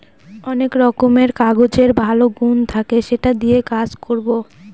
অনেক রকমের কাগজের ভালো গুন থাকে সেটা দিয়ে কাজ করবো